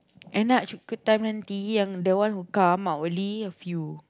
end up petang the one who come are only a few